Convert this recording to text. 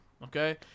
Okay